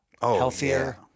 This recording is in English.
healthier